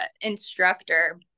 instructor